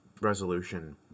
resolution